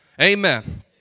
Amen